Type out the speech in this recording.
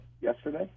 yesterday